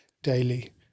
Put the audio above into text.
Daily